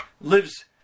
lives